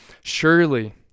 Surely